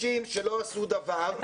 רדפו אחרי אנשים שלא עשו דבר,